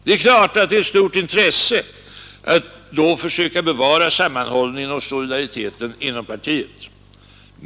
Det är klart att det är ett stort intresse att då försöka bevara sammanhållningen och solidariteten inom partiet.